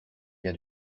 bien